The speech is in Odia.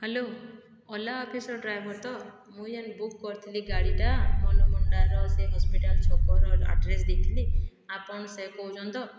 ହ୍ୟାଲୋ ଓଲା ଅଫିସର ଡ୍ରାଇଭର ତ ମୁଇଁ ଯେନ୍ ବୁକ୍ କରିଥିଲି ଗାଡ଼ିଟା ମନମୁଣ୍ଡାର ସେ ହସ୍ପିଟାଲ ଛକର ଆଡ଼୍ରେସ ଦେଇଥିଲି ଆପଣ ସେ କହୁଛନ୍ ତ